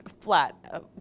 flat